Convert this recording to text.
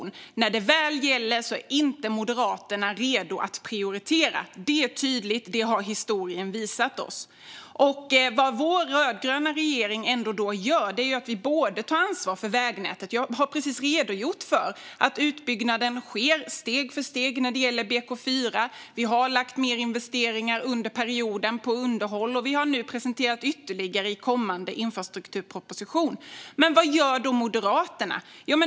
När det väl gäller är Moderaterna inte redo att prioritera. Det är tydligt. Det har historien visat oss. Vad vår rödgröna regering ändå gör är att ta ansvar för vägnätet. Jag har precis redogjort för att utbyggnaden av BK4 sker steg för steg. Vi har lagt investeringar på underhåll under perioden, och vi har nu presenterat ytterligare i kommande infrastrukturproposition. Men vad gör då Moderaterna?